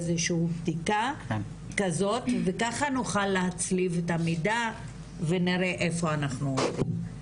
איזושהי בדיקה כזאת וככה נוכל להצליב את המידע ונראה איפה אנחנו עומדים.